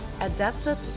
adapted